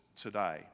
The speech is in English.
today